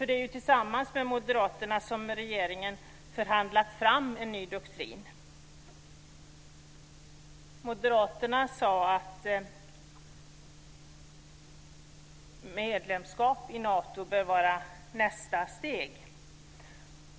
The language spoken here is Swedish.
Det är ju tillsammans med Moderaterna som regeringen har förhandlat fram en ny doktrin, och Moderaternas företrädare sade att medlemskap i Nato bör vara nästa steg.